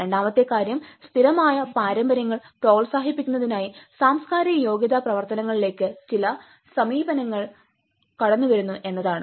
രണ്ടാമത്തെ കാര്യം സ്ഥിരമായ പാരമ്പര്യങ്ങൾ പ്രോത്സാഹിപ്പിക്കുന്നതിനായി സാംസ്കാരിക യോഗ്യതാ പ്രവർത്തനങ്ങളിലേക്ക് ചില സമീപനങ്ങൾ കടന്നുവരുന്നു എന്നതാണ്